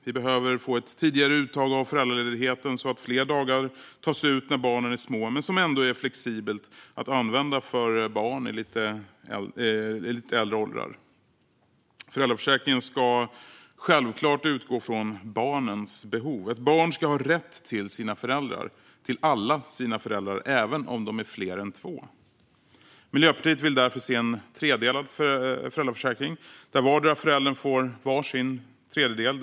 Vi behöver få ett tidigare uttag av föräldraledigheten så att fler dagar tas ut när barnen är små men att systemet ändå är flexibelt att använda för barn i lite högre åldrar. Föräldraförsäkringen ska självklart utgå från barnens behov. Ett barn ska ha rätt till sina föräldrar - till alla sina föräldrar, även om de är fler än två. Miljöpartiet vill därför se en tredelad föräldraförsäkring där vardera föräldern får varsin tredjedel.